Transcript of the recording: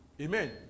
Amen